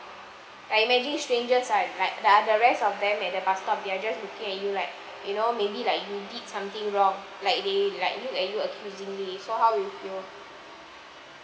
and imagine strangers like ah the rest of them at the bus stop they're looking at you like you know maybe like you did something wrong like they like look at you accusingly so how you feel